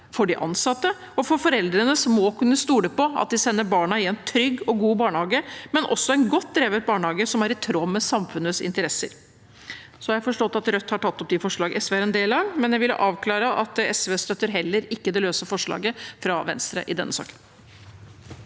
for de ansatte og for foreldrene, som må kunne stole på at de sender barna i en trygg og god barnehage, men også en godt drevet barnehage som er i tråd med samfunnets interesser. Jeg har forstått at Rødt har tatt opp de forslag SV er en del av, men jeg vil avklare at SV heller ikke støtter det løse forslaget fra Venstre i denne saken.